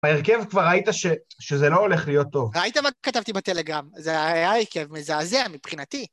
בהרכב כבר ראית שזה לא הולך להיות טוב. ראית מה כתבתי בטלגרם, זה היה עיקר מזעזע מבחינתי.